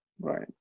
Right